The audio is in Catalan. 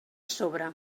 sobre